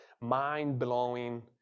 mind-blowing